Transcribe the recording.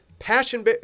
passion